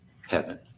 heaven